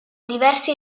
diversi